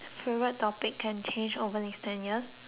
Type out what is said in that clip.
can change over the next ten years